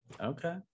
okay